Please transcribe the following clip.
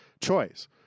choice